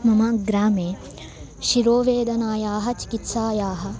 मम ग्रामे शिरोवेदनायाः चिकित्सायाः